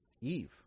Eve